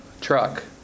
Truck